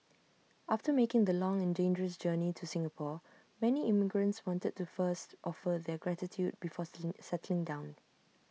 after making the long and dangerous journey to Singapore many immigrants wanted to first offer their gratitude before settling down